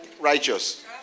righteous